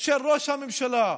של ראש הממשלה,